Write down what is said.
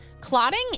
Clotting